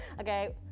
Okay